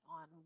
on